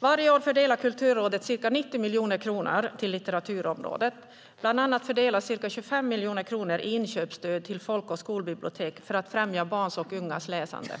Varje år fördelar Kulturrådet ca 90 miljoner kronor till litteraturområdet. Bland annat fördelas ca 25 miljoner kronor i inköpsstöd till folk och skolbibliotek för att främja barns och ungas läsande.